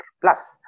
plus